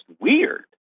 weird